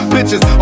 Bitches